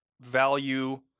value